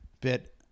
Bit